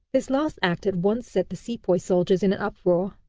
this last act at once set the sepoy soldiers in an uproar.